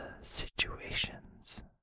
situations